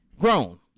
grown